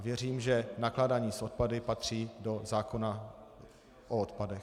Věřím, že nakládání s odpady patří do zákona o odpadech.